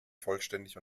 vollständig